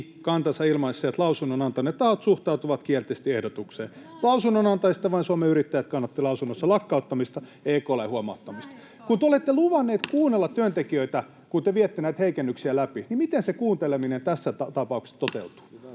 kantansa ilmaisseet lausunnon antaneet tahot suhtautuvat kielteisesti ehdotukseen. [Eveliina Heinäluoma: Lähes kaikki!] Lausunnon antajista vain Suomen Yrittäjät kannatti lausunnossaan lakkauttamista, EK:lla ei ollut huomauttamista.” Kun te olette luvanneet kuunnella työntekijöitä, kun te viette näitä heikennyksiä läpi, niin miten se kuunteleminen tässä tapauksessa toteutuu?